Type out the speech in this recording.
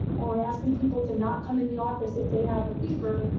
and we're asking people to not come in the office if they have a fever,